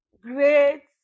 great